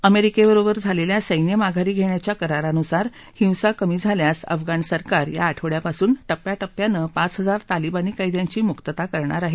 अमेरिकेबरोबर झालेल्या सैन्य माघारी घेण्याच्या करारानुसार हिंसा कमी झाल्यास अफगाण सरकार या आठवड्यापासून टप्प्या टप्प्यानं पाच हजार तालिबानी कैद्यांची मुक्ता करणार आहे